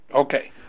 Okay